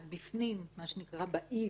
אז בפנים, מה שנקרא, באיד,